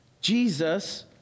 Jesus